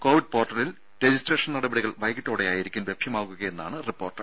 Covid പോർട്ടലിൽ registration നടപടികൾ വൈകീട്ടോടെയായിരിക്കും ലഭ്യമാവുകയെന്നാണ് റിപ്പോർട്ട്